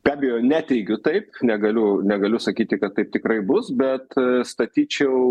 be abejo neteigiu taip negaliu negaliu sakyti kad taip tikrai bus bet statyčiau